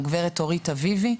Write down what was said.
הגברת אורית אביבי,